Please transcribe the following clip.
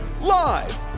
Live